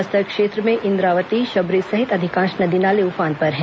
बस्तर क्षेत्र में इंद्रावती शबरी सहित अधिकांश नदी नाले उफान पर हैं